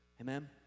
Amen